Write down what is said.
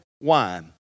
wine